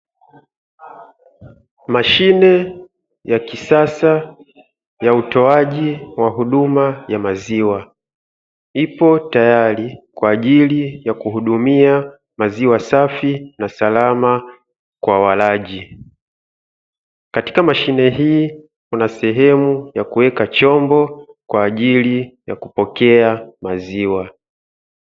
Mashine ya kisasa ya utoaji wa huduma ya maziwa ipo tayari kwa ajili ya kuhudumia maziwa safi na salama kwa walaji, katika mashine hii kuna sehemu ya kuweka chombo kwa ajili ya kupokea maziwa.